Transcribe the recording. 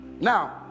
Now